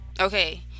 Okay